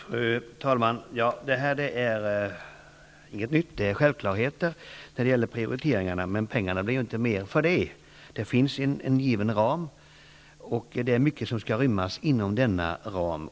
Fru talman! Detta är ingenting nytt, utan det är självklart att man måste prioritera. Men pengarna blir för den skull inte fler. Det finns en given ram, och det är mycket som skall rymmas inom denna ram.